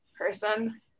person